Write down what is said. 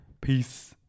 Peace